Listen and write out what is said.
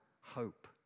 hope